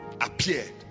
Appeared